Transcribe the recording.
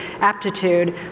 aptitude